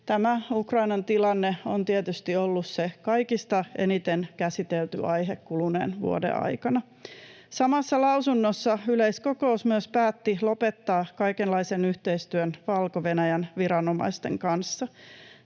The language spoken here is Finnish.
Tämä Ukrainan tilanne on tietysti ollut se kaikista eniten käsitelty aihe kuluneen vuoden aikana. Samassa lausunnossa yleiskokous myös päätti lopettaa kaikenlaisen yhteistyön Valko-Venäjän viranomaisten kanssa.